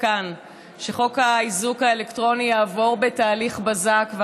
ראש הממשלה הבטיח כאן שחוק האיזוק האלקטרוני יעבור בתהליך בזק,